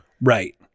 Right